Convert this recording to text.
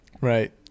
right